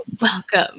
Welcome